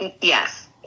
Yes